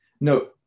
No